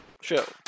show